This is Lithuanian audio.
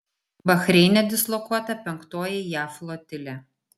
bahreine dislokuota penktoji jav flotilė